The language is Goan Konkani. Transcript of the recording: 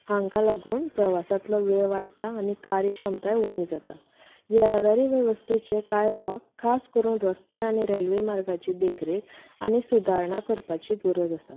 हांकां लागून प्रवासातलो वेळ वाडटा आनी कार्यक्षमताय उणी जाता येरादारी वेवस्थेचे कांय भाग खास करून रस्ते आनी रेल्वे मार्गाची देखरेक आनी सुदारणां करपाची गरज आसा